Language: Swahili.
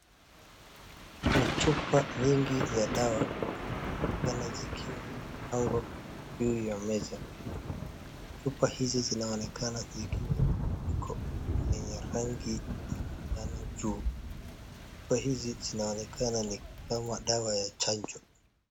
Ni chupa nyingi za dawa zinaonekana zikiwa zimepangwa juu ya meza, chupa hizi zinaonekana zikiwa na vifuniko yenye rangi ya manjano juu, chupa hizi zinaonekana kama ni dawa ya chanjo.